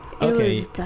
okay